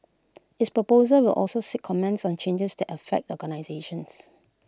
its proposals will also seek comments on changes that affect organisations